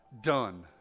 done